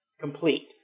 complete